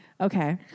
Okay